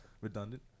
redundant